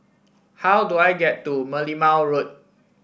how do I get to Merlimau Road